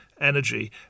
energy